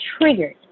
triggered